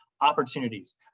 opportunities